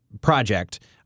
project